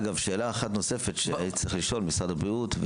שאלה אחת נוספת שצריך לשאול את משרד הבריאות.